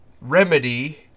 remedy